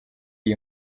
iyi